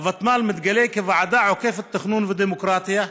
הוותמ"ל מתגלית כוועדה עוקפת תכנון ודמוקרטיה,